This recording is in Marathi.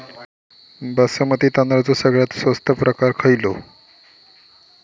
बासमती तांदळाचो सगळ्यात स्वस्त प्रकार खयलो?